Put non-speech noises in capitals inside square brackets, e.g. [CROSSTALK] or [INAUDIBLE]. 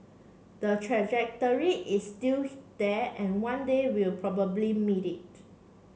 the trajectory is still [UNINTELLIGIBLE] there and one day we'll probably meet it